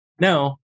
No